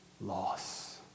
loss